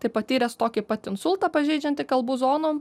tai patyręs tokį pat insultą pažeidžiantį kalbų zonom